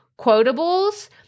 quotables